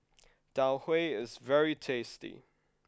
Tau Huay is very tasty